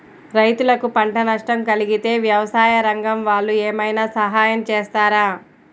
రైతులకు పంట నష్టం కలిగితే వ్యవసాయ రంగం వాళ్ళు ఏమైనా సహాయం చేస్తారా?